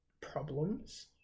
problems